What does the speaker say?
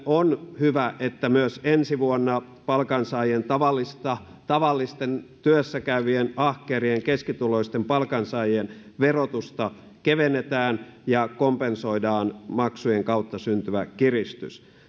on hyvä että myös ensi vuonna palkansaajien tavallisten tavallisten työssäkäyvien ahkerien keskituloisten palkansaajien verotusta kevennetään ja kompensoidaan maksujen kautta syntyvä kiristys